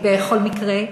בכל מקרה,